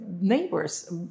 neighbors